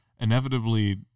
inevitably